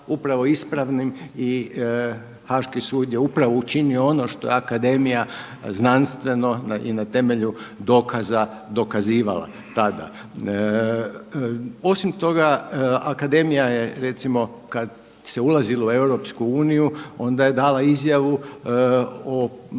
upravo ispravnim i Haaški sud je upravo učinio ono što je akademija znanstveno i na temelju dokaza dokazivala tada. Osim toga akademija je recimo kad se ulazilo u EU onda je dala izjavu o